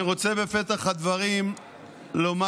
אני רוצה בפתח הדברים לומר